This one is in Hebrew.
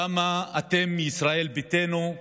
למה אתם, ישראל ביתנו,